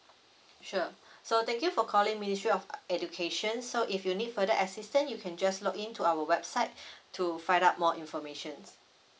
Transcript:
sure so thank you for calling ministry of education so if you need further assistance you can just log into our website to find out more informations